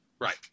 Right